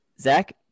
Zach